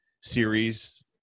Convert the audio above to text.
series